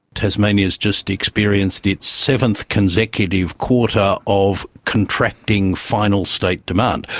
tasmania has just experienced its seventh consecutive quarter of contracting final state demand.